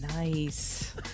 nice